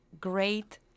great